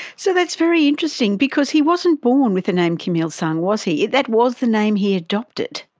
so that's very interesting because he wasn't born with the name kim il-sung, was he, that was the name he adopted.